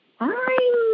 Hi